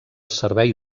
servei